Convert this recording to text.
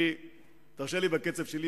תרשה לי בקצב שלי.